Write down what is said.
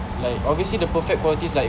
like obviously the perfect qualities like